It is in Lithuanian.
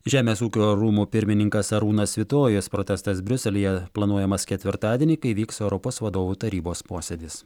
žemės ūkio rūmų pirmininkas arūnas svitojus protestas briuselyje planuojamas ketvirtadienį kai vyks europos vadovų tarybos posėdis